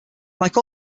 like